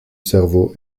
cerveau